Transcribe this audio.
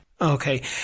Okay